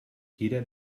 jeder